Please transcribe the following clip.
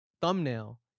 thumbnail